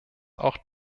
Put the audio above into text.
auch